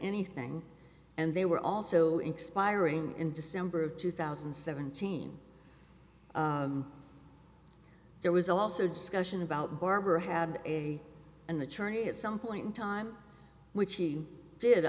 anything and they were also expiring in december of two thousand and seventeen there was also discussion about barbara had a an attorney at some point in time which he did